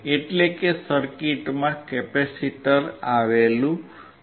એટલે કે સર્કિટમાં કેપેસિટર આવેલુ છે